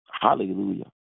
Hallelujah